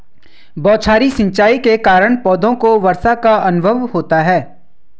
बौछारी सिंचाई के कारण पौधों को वर्षा का अनुभव होता है